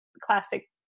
classic